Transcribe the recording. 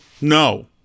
No